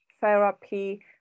therapy